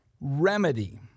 remedy